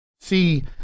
see